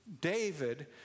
David